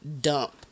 dump